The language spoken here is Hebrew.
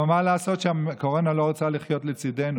אבל מה לעשות שהקורונה לא רוצה לחיות לצידנו.